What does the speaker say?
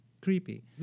Creepy